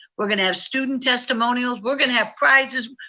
we're going to have student testimonials, we're going to have prizes,